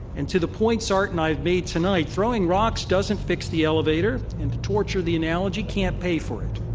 and to the points art and i have made tonight, throwing rocks doesn't fix the elevator, and to torture the analogy, can't pay for it.